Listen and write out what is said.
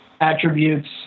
attributes